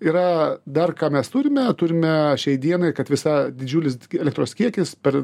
yra dar ką mes turime turime šiai dienai kad visa didžiulis elektros kiekis per